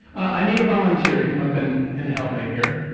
i need a volunteer to come up and and help me here.